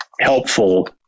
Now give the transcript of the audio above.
helpful